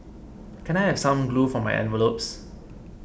can I have some glue for my envelopes